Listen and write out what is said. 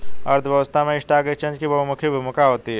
अर्थव्यवस्था में stock exchange की बहुमुखी भूमिका होती है